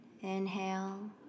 inhale